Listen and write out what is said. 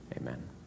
amen